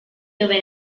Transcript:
dove